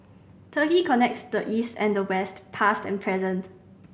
Turkey connects the East and the West past and present